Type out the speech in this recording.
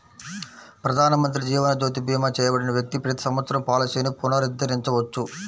ప్రధానమంత్రి జీవన్ జ్యోతి భీమా చేయబడిన వ్యక్తి ప్రతి సంవత్సరం పాలసీని పునరుద్ధరించవచ్చు